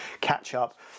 catch-up